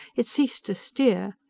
it ceased to steer.